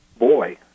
boy